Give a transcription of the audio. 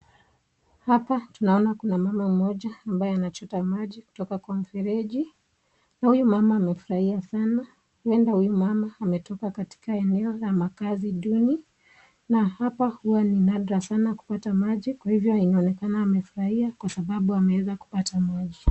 Hapa tunaona kuna mama mmoja ambaye anachota maji kutoka kwa mfereji na huyu mama amefurahia sana huenda huyu mama ametoka katika eneo ya makazi duni na hapa huwa ni nadra sana kupata maji kwa hivyo inaonekana anafurahia kwa sababu ameweza kupata maji.